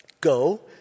Go